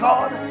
God